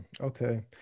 Okay